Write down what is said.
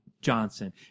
Johnson